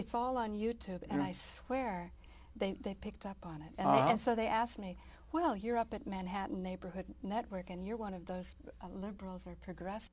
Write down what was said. it's all on you tube and i swear they they picked up on it and so they asked me while you're up at manhattan neighborhood network and you're one of those liberals or progressed